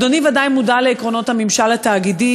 אדוני ודאי מודע לעקרונות הממשל התאגידי